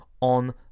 on